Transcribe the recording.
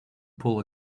pull